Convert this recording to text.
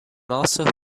also